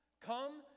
come